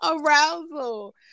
arousal